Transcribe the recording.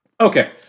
Okay